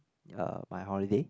uh my holiday